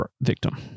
victim